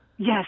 Yes